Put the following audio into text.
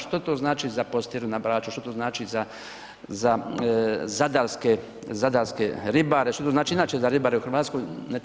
Što to znači za Postiru na Braču, što to znači za zadarske ribare, što to znači inače za ribare u Hrvatskoj?